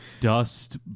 dust